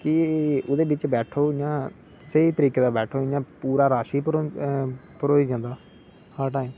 कि ओहदे बिच बैठो स्हेई तरिके दा बैठो इयां पूरा रश भरोई जंदा हर टाइम